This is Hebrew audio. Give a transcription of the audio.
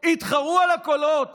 הם התחרו על הקולות